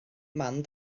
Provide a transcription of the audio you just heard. man